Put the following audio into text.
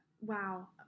Wow